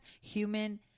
Human